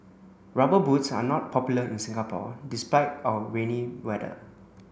rubber boots are not popular in Singapore despite our rainy weather